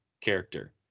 character